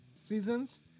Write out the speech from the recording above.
seasons